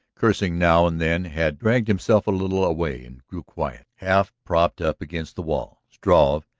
cursing now and then, had dragged himself a little away and grew quiet, half propped up against the wall. struve,